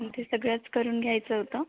ते सगळंच करून घ्यायचं होतं